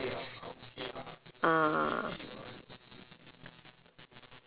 ah